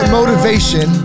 Motivation